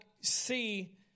see